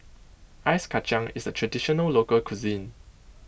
Ice Kachang is a Traditional Local Cuisine